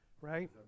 right